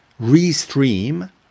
Restream